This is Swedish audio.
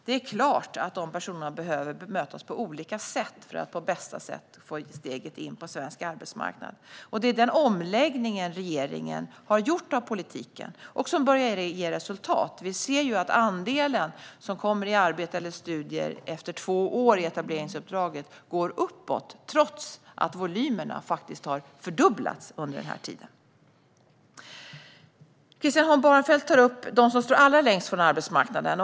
Det är klart att dessa personer behöver bemötas på olika och på bästa sätt för att få steget in på svensk arbetsmarknad. Det är den omläggning av politiken som regeringen har gjort. Det börjar nu ge resultat. Vi ser ju att andelen som kommer i arbete eller studier efter två år i etableringsuppdraget ökar, trots att volymerna har fördubblats under den här tiden. Christian Holm Barenfeld tar upp dem som står allra längst från arbetsmarknaden.